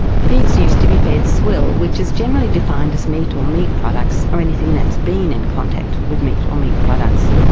pigs used to be fed swill which is generally defined as meat or meat products or anything that's been in contact with meat or meat products.